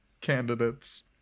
candidates